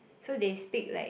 so they speak like